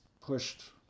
pushed